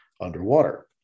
underwater